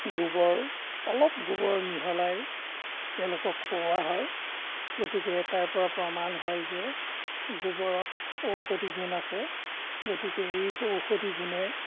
গোবৰ অলপ গোবৰ মিহলাই তেওঁলোকক খুওৱা হয় গতিকে তাৰপৰা প্ৰমাণ হয় যে গোবৰত ঔষধি গুণ আছে গতিকে এই ঔষধি গুণে